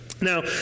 now